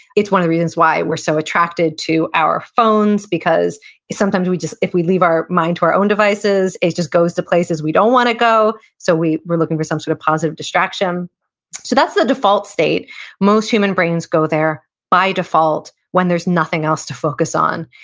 it's one of the reasons why we're so attracted to our phones, because sometimes we just, if we leave our mind to our own devices, it just goes to places we don't want to go, so we're looking for some sort of positive distraction so that's the default state most human brains go there by default when there's nothing else to focus on.